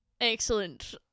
Excellent